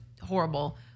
horrible